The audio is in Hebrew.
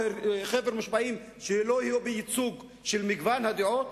או חבר מושבעים שלא יהיה בו ייצוג של מגוון הדעות?